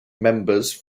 members